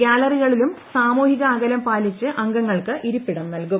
ഗ്യാലറികളിലും സാമൂഹിക അകലം പാലിച്ച് അംഗങ്ങൾക്ക് ഇരിപ്പിടം നൽകും